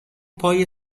پای